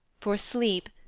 for sleep,